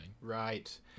Right